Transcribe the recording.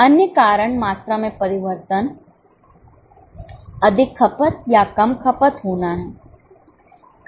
अन्य कारण मात्रा में परिवर्तन अधिक खपत या कम खपत होना है